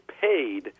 paid